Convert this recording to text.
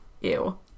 Ew